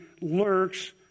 lurks